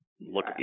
look